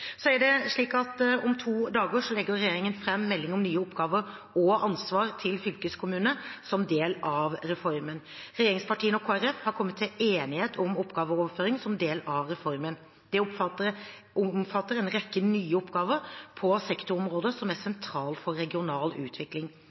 Om to dager legger regjeringen fram meldingen om nye oppgaver og ansvar til fylkeskommunene som del av regionreformen. Regjeringspartiene og Kristelig Folkeparti har kommet til enighet om oppgaveoverføringen som del av reformen. Dette omfatter en rekke nye oppgaver på sektorområder som er sentrale for regional utvikling.